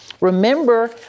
remember